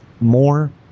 more